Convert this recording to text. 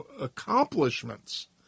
accomplishments